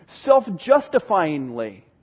self-justifyingly